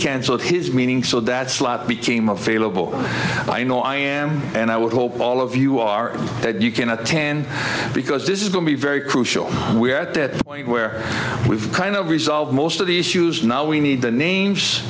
cancelled his meaning so that slot became a fellow bill i know i am and i would hope all of you are that you can attend because this is going to be very crucial we are at that point where we've kind of resolved most of the issues now we need the names